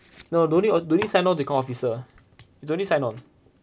no don't need sign on to become officer don't need sign on